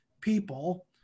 people